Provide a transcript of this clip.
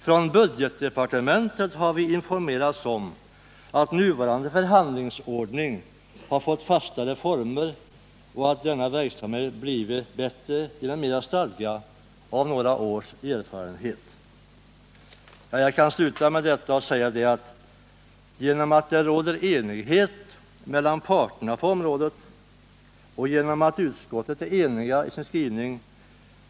Från budgetdepartementet har vi informerats om att nuvarande förhandlingsordning har fått fastare former och att verksamheten blivit bättre och vunnit mera stadga genom några års erfarenhet. Låt mig avslutningsvis säga att det råder enighet mellan parterna på området och att utskottet är enhälligt i sin skrivning.